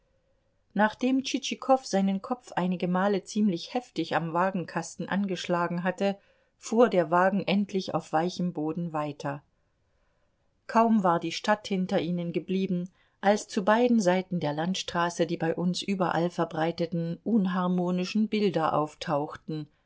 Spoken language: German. nachdem tschitschikow seinen kopf einige male ziemlich heftig am wagenkasten angeschlagen hatte fuhr der wagen endlich auf weichem boden weiter kaum war die stadt hinter ihnen geblieben als zu beiden seiten der landstraße die bei uns überall verbreiteten unharmonischen bilder auftauchten